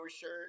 shirt